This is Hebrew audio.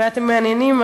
ואתם מהנהנים,